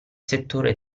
settore